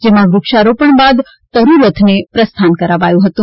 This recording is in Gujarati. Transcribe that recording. જેમાં વૃક્ષારોપણ બાદ તરૂરથને પ્રસ્થાન કરાવાયું હતું